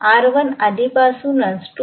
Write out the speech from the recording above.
R1 आधीपासूनच 2